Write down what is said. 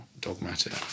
dogmatic